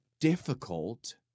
difficult